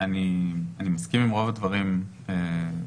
אני מסכים עם רוב הדברים שאמרת.